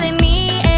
ah me